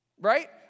Right